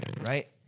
Right